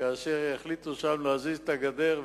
כאשר החליטו שם להזיז את הגדר,